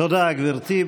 תודה, גברתי.